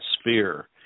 sphere